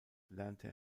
lernte